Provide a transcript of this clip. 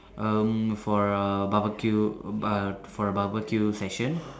um for a barbeque err for a barbeque session